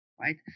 Right